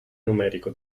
numerico